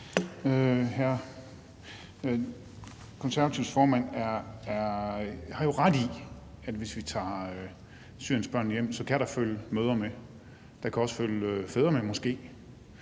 Konservatives formand har jo ret i, at hvis vi tager syriensbørnene hjem, kan der følge mødre med. Der kan også følge fædre med, måske.